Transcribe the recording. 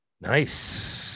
Nice